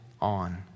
on